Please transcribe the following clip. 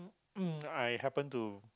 mm I happen to